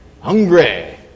hungry